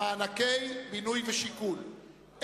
מענקי בינוי ושיכון.